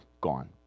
Gone